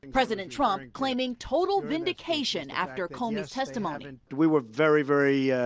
president trump claiming total vindication after comey's testimony. and we were very, very